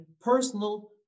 personal